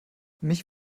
mich